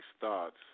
thoughts